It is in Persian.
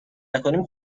نکنیم